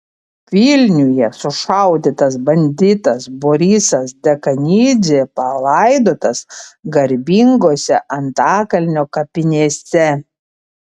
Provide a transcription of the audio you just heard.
vilniuje sušaudytas banditas borisas dekanidzė palaidotas garbingose antakalnio kapinėse